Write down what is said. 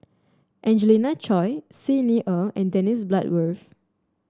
Angelina Choy Xi Ni Er and Dennis Bloodworth